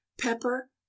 pepper